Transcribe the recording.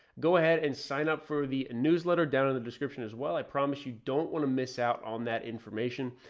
go ahead and sign up for the newsletter down in the description as well. i promise you don't want to miss out on that information.